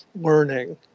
learning